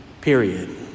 period